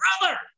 Brother